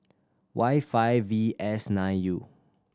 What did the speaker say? Y five V S nine U